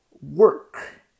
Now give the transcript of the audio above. work